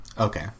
okay